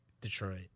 Detroit